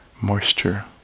moisture